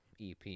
ep